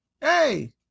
hey